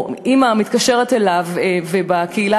או אימא מתקשרת אליו ובקהילה,